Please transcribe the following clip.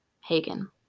Hagen